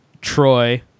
Troy